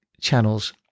channels